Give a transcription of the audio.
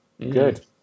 Good